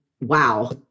Wow